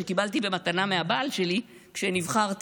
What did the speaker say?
שקיבלתי במתנה מהבעל שלי כשנבחרתי,